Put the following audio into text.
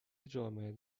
جامد